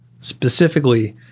specifically